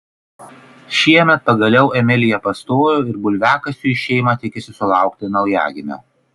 šiemet pagaliau emilija pastojo ir bulviakasiui šeima tikisi sulaukti naujagimio